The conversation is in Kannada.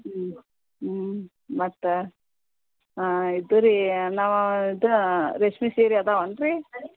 ಹ್ಞೂ ಹ್ಞೂ ಮತ್ತು ಇದು ರೀ ನಾವು ಇದು ರೇಷ್ಮೆ ಸೀರೆ ಇದಾವನ್ರೀ